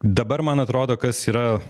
dabar man atrodo kas yra